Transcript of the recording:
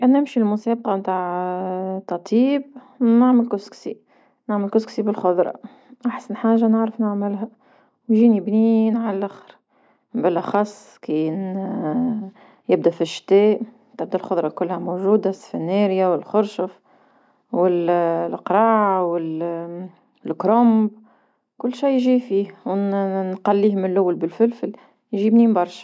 كان نمشي للموسابقة نتاع تطييب، نعمل كسكسي نعمل كسكسي بالخضرا، احسن حاجة نعرف نعملها ويجيني بنين عاللخر، بالأخص كي يبدا في الشتاء تبدا الخضرا كلها موجودة سفينريا والخرشف والقراع الكرنب كلشي يجي فيه ون- ونقليه من لول بالفلفل يجي بنين برشا.